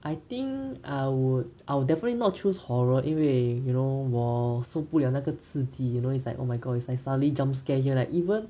I think I would I would definitely not choose horror 因为 you know 我受不了那个刺激 you know it's like oh my god it's like suddenly jump scares you like even